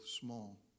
small